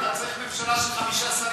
אתה צריך ממשלה של חמישה שרים,